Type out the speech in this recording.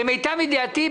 למיטב ידיעתי,